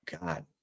God